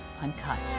Uncut